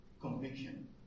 conviction